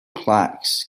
plaques